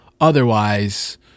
otherwise